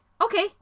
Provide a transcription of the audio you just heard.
Okay